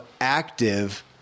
active